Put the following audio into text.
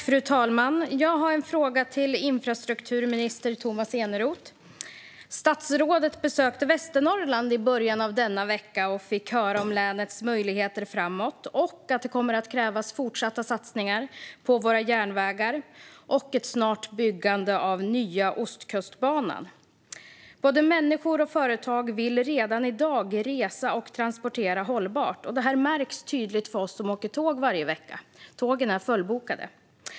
Fru talman! Jag har en fråga till infrastrukturminister Tomas Eneroth. Statsrådet besökte i början av denna vecka Västernorrland och fick höra om länets möjligheter framöver, att det kommer att krävas fortsatta satsningar på våra järnvägar och att den nya Ostkustbanan snart behöver börja byggas. Både människor och företag vill redan i dag resa och transportera på ett hållbart sätt. Detta märks tydligt för oss som varje vecka åker tåg. Tågen är fullbokade.